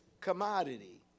commodity